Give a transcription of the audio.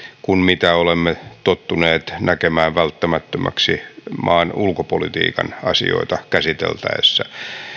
kuin mitä olemme tottuneet näkemään välttämättömäksi maan ulkopolitiikan asioita käsiteltäessä